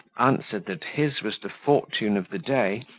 answered, that his was the fortune of the day,